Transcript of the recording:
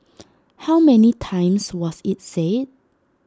how many times was IT said